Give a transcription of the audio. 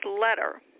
letter